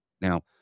Now